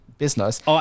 business